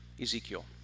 Ezekiel